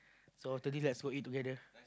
so after like let's go eat together